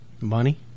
Money